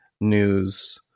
news